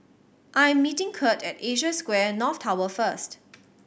I am meeting Kirt at Asia Square North Tower first